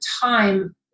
time